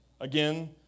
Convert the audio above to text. again